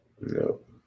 Nope